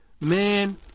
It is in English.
man